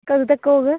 कदूं तगर होग